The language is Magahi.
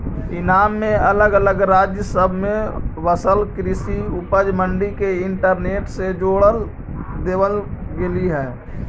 ईनाम में अलग अलग राज्य सब में बसल कृषि उपज मंडी के इंटरनेट से जोड़ देबल गेलई हे